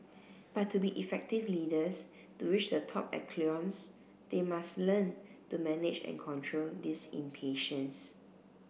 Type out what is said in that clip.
but to be effective leaders to reach the top echelons they must learn to manage and control this impatience